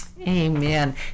Amen